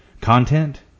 content